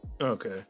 okay